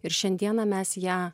ir šiandieną mes ją